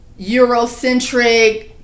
Eurocentric